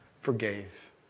forgave